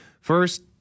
First